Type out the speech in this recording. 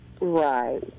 Right